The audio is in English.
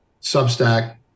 Substack